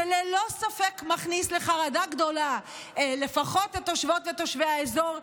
שללא ספק מכניס לחרדה גדולה לפחות את תושבות ותושבי האזור,